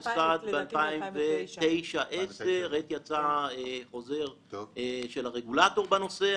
ב-2009 -2010, בעת שיצא חוזר של הרגולטור בנושא.